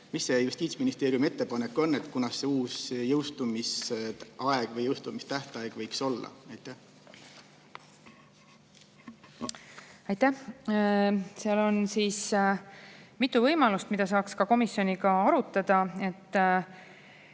mis see Justiitsministeeriumi ettepanek on. Kunas selle uus jõustumisaeg või jõustumistähtaeg võiks olla? Aitäh! Seal on mitu võimalust, mida saaks ka komisjoniga arutada.